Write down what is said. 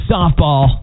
Softball